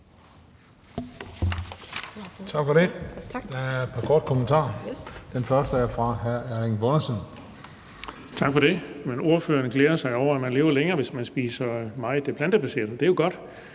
Tak for det. Der er et par korte bemærkninger. Den første er fra hr. Erling Bonnesen.